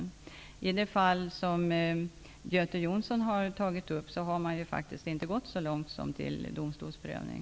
När det gäller det fall som Göte Jonsson har tagit upp, har man inte gått så långt som till domstolsprövning.